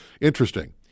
interesting